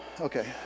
Okay